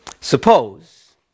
Suppose